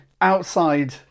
outside